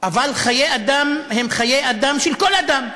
אבל חיי אדם הם חיי אדם של כל אדם.